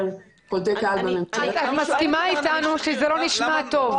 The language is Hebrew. את מסכימה אתנו שזה לא נשמע טוב?